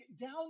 down